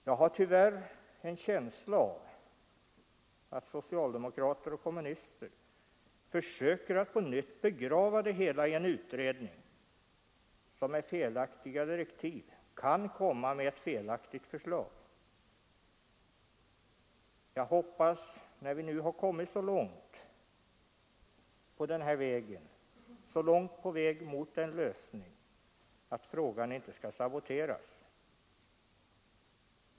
Jag har tyvärr en känsla av att socialdemokrater och kommunister försöker att på nytt begrava det hela i en utredning som med felaktiga direktiv kan komma med ett felaktigt förslag. Jag hoppas, när vi nu har kommit så långt på väg mot en lösning, att frågan inte skall saboteras.